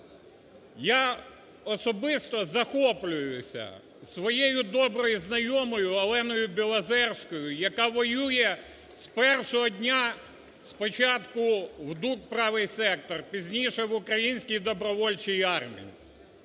Я особисто захоплююся своєю доброю знайомою Оленою Білозерською, яка воює з першого дня, спочатку в ДУК "Правий сектор", пізніше в Українській добровольчій армії.